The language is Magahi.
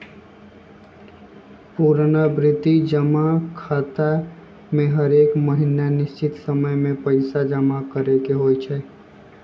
पुरनावृति जमा खता में हरेक महीन्ना निश्चित समय के पइसा जमा करेके होइ छै